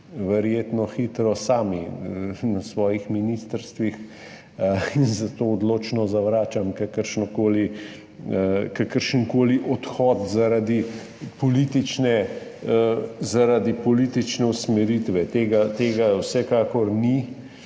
ministri hitro sami na svojih ministrstvih. Zato odločno zavračam kakršenkoli odhod zaradi politične usmeritve. Tega vsekakor ni,